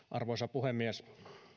arvoisa puhemies